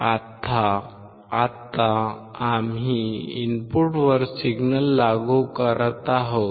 आता आम्ही इनपुटवर सिग्नल लागू करत आहोत